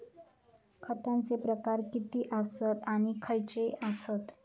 खतांचे प्रकार किती आसत आणि खैचे आसत?